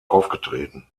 aufgetreten